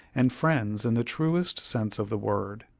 and friends in the truest sense of the word.